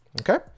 okay